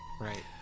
Right